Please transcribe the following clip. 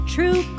True